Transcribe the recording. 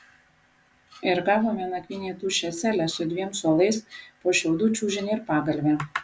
ir gavome nakvynei tuščią celę su dviem suolais po šiaudų čiužinį ir pagalvę